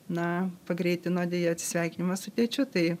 na pagreitino deja atsisveikinimą su tėčiu tai